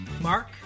Mark